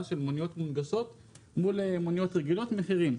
של מוניות נגישות מול מוניות רגילות לגבי המחירים.